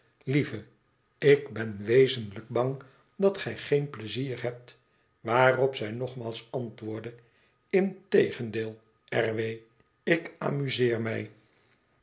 lieve ik ben wezelijk bang dat gij geen pleizier hebt waarop zij nogmaals antwoordde integendeel r w ik amuseer mij